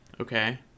Okay